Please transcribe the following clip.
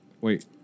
Wait